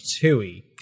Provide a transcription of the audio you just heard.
Tui